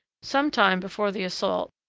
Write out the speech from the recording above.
some time before the assault,